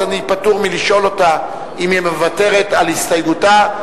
אז אני פטור מלשאול אותה אם היא מוותרת על הסתייגותה,